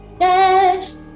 Yes